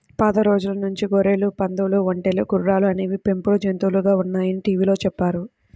పాత రోజుల నుంచి గొర్రెలు, పందులు, ఒంటెలు, గుర్రాలు అనేవి పెంపుడు జంతువులుగా ఉన్నాయని టీవీలో చెప్పారు